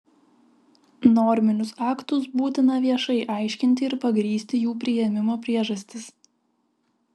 norminius aktus būtina viešai aiškinti ir pagrįsti jų priėmimo priežastis